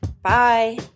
Bye